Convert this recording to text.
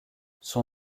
son